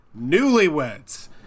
Newlyweds